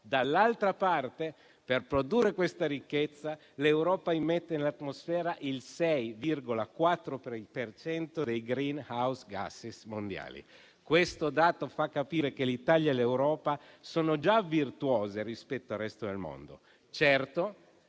Dall'altra parte, per produrre questa ricchezza l'Europa immette nell'atmosfera il 6,4 per cento dei *greenhouse gas* mondiali. Questo dato fa capire che l'Italia e l'Europa sono già virtuose rispetto al resto del mondo. Certo,